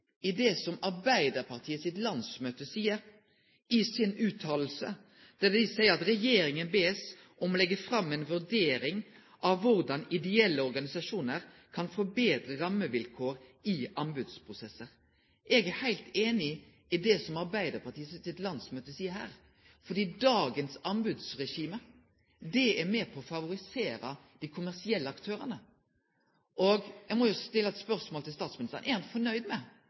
det som Arbeidarpartiet sitt landsmøte seier i si fråsegn, der ein ber regjeringa om å leggje fram ei vurdering av korleis ideelle organisasjonar kan få betre rammevilkår i anbodsprosessar. Eg er heilt einig i det som Arbeidarpartiet sitt landsmøte seier her, for dagens anbodsregime er med på å favorisere dei kommersielle aktørane. Eg må jo stille eit spørsmål til statsministeren: Er han nøgd med